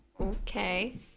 Okay